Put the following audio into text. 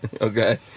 okay